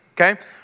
okay